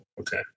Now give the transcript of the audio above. okay